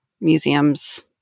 Museums